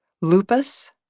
lupus